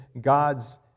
God's